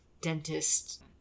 dentist